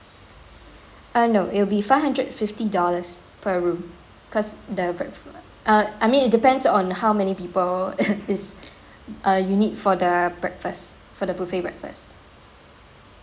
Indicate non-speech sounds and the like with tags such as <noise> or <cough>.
uh no it will be five hundred fifty dollars per room because the breakf~ uh I mean it depends on how many people <laughs> is uh you need for the breakfast for the buffet breakfast